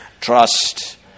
trust